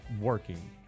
working